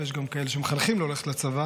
ויש גם כאלה שמחנכים לא ללכת לצבא,